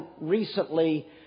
recently